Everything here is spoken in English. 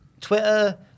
Twitter